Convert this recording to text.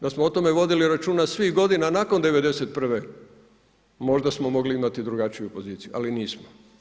Da smo o tome vodili računa svih godina nakon '91. možda smo mogli imati drugačiju poziciju, ali nismo.